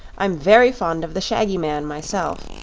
i'm very fond of the shaggy man myself,